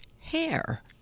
hair